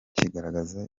kigaragaza